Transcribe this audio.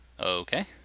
Okay